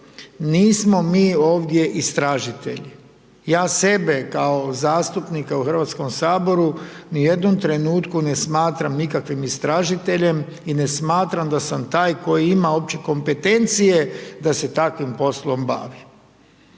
Nismo mi ovdje istražitelji. Ja sebe kao zastupnika u HS u nijednom trenutku ne smatram nikakvih istražiteljem i ne smatram da sam taj koji ima uopće kompetencije da se takvim poslom bavi.